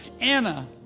Anna